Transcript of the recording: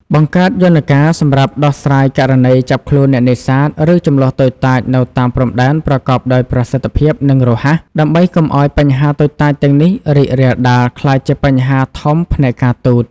បង្កើតយន្តការសម្រាប់ដោះស្រាយករណីចាប់ខ្លួនអ្នកនេសាទ ឬជម្លោះតូចតាចនៅតាមព្រំដែនប្រកបដោយប្រសិទ្ធភាព និងរហ័ស ដើម្បីកុំឱ្យបញ្ហាតូចតាចទាំងនេះរីករាលដាលក្លាយជាបញ្ហាធំផ្នែកការទូត។